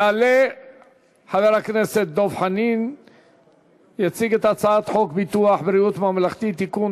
יעלה חבר הכנסת דב חנין ויציג את הצעת חוק ביטוח בריאות ממלכתי (תיקון,